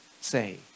say